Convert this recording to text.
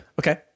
Okay